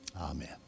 Amen